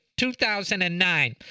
2009